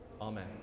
Amen